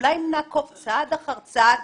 אולי אם נעקוב צעד אחר צעד